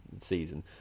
season